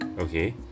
Okay